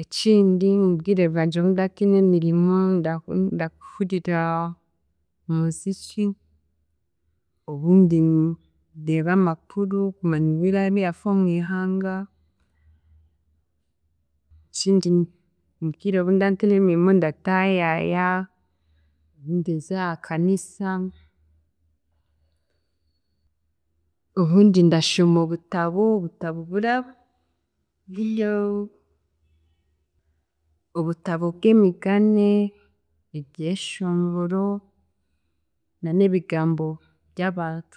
ekindi omu bwire bwangye obu nda ntiine emirimo, nda- nda hurira omuziki, obundi ndeebe amakuru kumanya ebira birafa omwihanga, ekindi mu bwire obu nda ntiine emirimo ndataayaaya, obundi nz'aha Kanisa, obundi ndanshome obutabo, obutabo bura buryo obutabo bw'emigane, eryeshongoro na n'ebigambo ry'abantu.